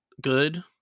good